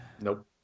Nope